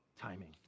timing